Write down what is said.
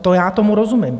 To já tomu rozumím.